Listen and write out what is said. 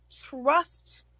Trust